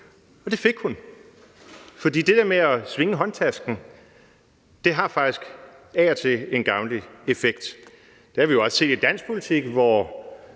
og det fik hun. For det der med at svinge håndtasken har faktisk af og til en gavnlig effekt. Det har vi jo også set i dansk politik, hvor